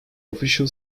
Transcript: official